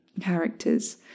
characters